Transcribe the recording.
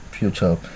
future